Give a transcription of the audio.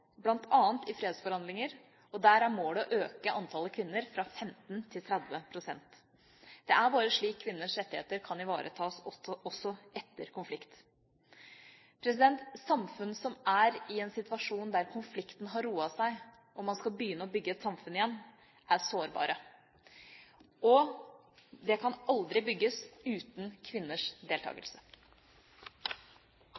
i fredsforhandlinger, og der er målet å øke antallet kvinner fra 15 til 30 pst. Det er bare slik kvinners rettigheter kan ivaretas også etter konflikt. Samfunn som er i en situasjon der konflikten har roet seg, og man skal begynne å bygge et samfunn igjen, er sårbare – og de kan aldri bygges uten kvinners